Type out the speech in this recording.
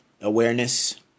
awareness